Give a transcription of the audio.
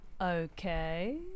Okay